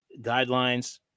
guidelines